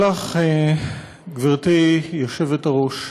גברתי היושבת-ראש,